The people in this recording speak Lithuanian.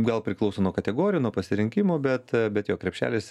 gal priklauso nuo kategorijų nuo pasirinkimo bet bet jo krepšelis